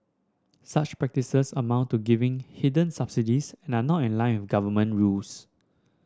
such practices amount to giving hidden subsidies and are not in line government rules